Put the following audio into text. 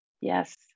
yes